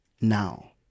now